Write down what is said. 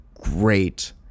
great